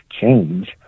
change